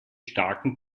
starken